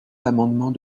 l’amendement